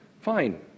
Fine